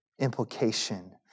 implication